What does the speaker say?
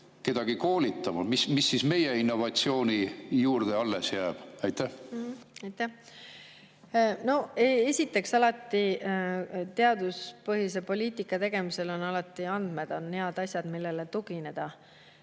kedagi koolitama? Mis siis meie innovatsiooni juurde alles jääb? Aitäh! No esiteks, teaduspõhise poliitika tegemisel on alati andmed head asjad, millele tugineda.